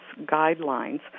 guidelines